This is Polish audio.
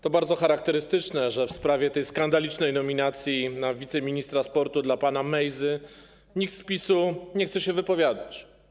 To bardzo charakterystyczne, że w sprawie tej skandalicznej nominacji na wiceministra sportu dla pana Mejzy nikt z PiS-u nie chce się wypowiadać.